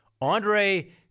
Andre